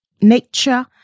nature